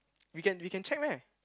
we can we can check meh